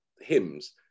hymns